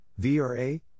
VRA